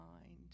mind